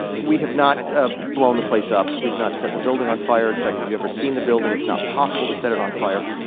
we have not ah blown the place up. we've not set the building on fire. in fact, if you've ever seen the building, it's not possible to set it on fire.